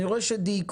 דנה,